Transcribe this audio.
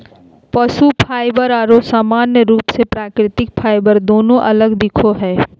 पशु फाइबर आरो सामान्य रूप से प्राकृतिक फाइबर दोनों अलग दिखो हइ